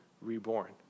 reborn